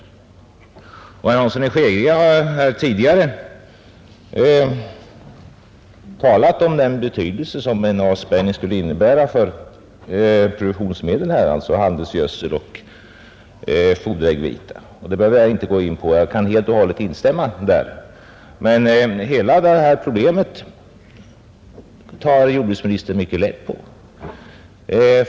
Herr Hansson i Skegrie har här tidigare talat om vad en avspärrning skulle innebära för produktionsmedlen, alltså handelsgödsel och foderäggvita, så det behöver jag inte gå in på; jag kan helt och hållet instämma i vad han sade. Jordbruksministern tar mycket lätt på hela det här problemet.